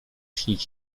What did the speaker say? śnić